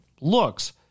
Looks